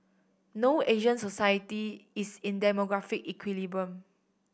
no Asian society is in demographic equilibrium